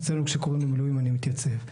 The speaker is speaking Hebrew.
אצלנו כשקוראים למילואים אני מתייצב,